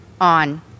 on